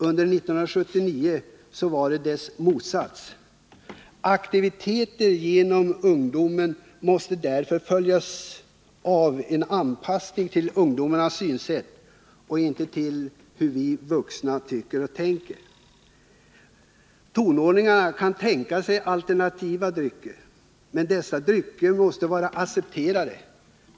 Under 1979 var förhållandet det motsatta. Aktiviteter för ungdomar måste därför följas av en anpassning till ungdomarnas synsätt och inte till hur vi vuxna tycker och tänker. Tonåringarna kan tänka sig alternativa drycker. Men dessa drycker måste vara accepterade.